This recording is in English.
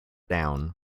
down